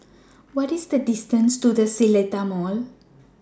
What IS The distance to The Seletar Mall